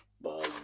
Buzz